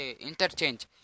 interchange